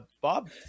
Bob